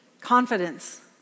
Confidence